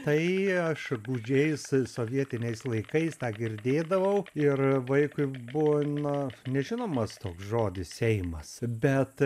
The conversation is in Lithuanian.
tai aš gūdžiais sovietiniais laikais tą girdėdavau ir vaikui buvo na nežinomas toks žodis seimas bet